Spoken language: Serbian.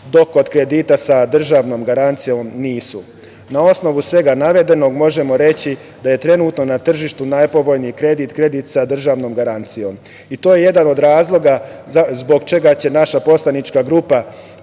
dok kod kredita sa državnom garancijom nisu. Na osnovu svega navedenog, možemo reći da je trenutno na tržištu najpovoljniji kredit kredit sa državnom garancijom i to je jedan od razloga zbog čega će naša poslanička grupa